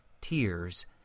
tears